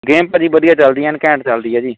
game ਭਾਅ ਜੀ ਵਧੀਆ ਚੱਲਦੀ ਹੈ ਐਨ ਘੈਂਟ ਚੱਲਦੀ ਹੈ ਜੀ